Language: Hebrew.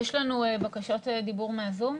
יש לנו בקשות דיבור מהזום?